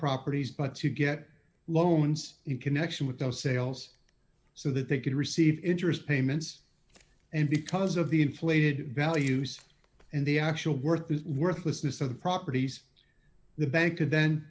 properties but to get loans in connection with the sales so that they could receive interest payments and because of the inflated values and the actual worth worthlessness of the properties the bank could then